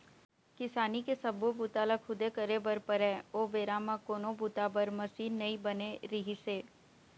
किसानी के सब्बो बूता ल खुदे करे बर परय ओ बेरा म कोनो बूता बर मसीन नइ बने रिहिस हे